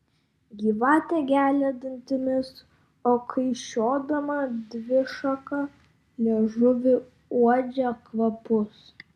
gyvatė gelia dantimis o kaišiodama dvišaką liežuvį uodžia kvapus